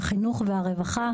החינוך והרווחה,